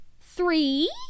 three